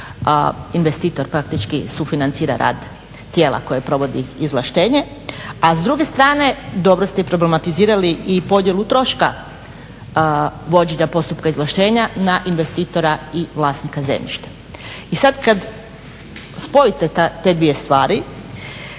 investitor praktički sufinancira rad tijela koje provodi izvlaštenje, a s druge strane dobro ste i problematizirali i podjelu troška vođenja postupka izvlaštenja na investitora i vlasnika zemljišta. I sad kad spojite te dvije stvari